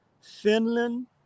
Finland